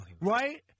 right